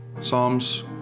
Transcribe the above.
Psalms